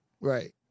Right